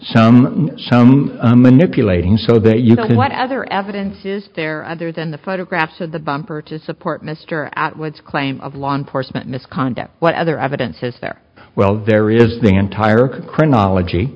some some manipulating so that you know what other evidence is there other than the photographs of the bumper to support mr atwood's claim of law enforcement misconduct what other evidence is there well there is the entire criminology